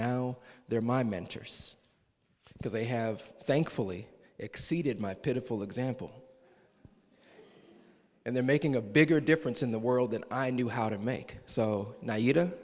now they're my mentors because they have thankfully exceeded my pitiful example and they're making a bigger difference in the world than i knew how to make so now you